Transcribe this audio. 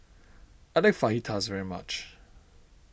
I like Fajitas very much